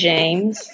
James